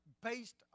based